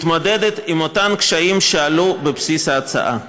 מתמודדת עם אותם קשיים שעלו בבסיס ההצעה.